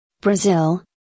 Brazil